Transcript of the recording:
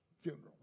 funeral